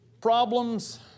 problems